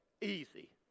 easy